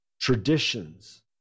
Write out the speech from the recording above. traditions